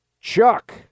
Chuck